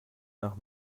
nach